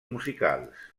musicals